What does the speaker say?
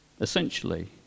essentially